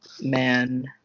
man